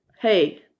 hey